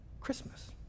Christmas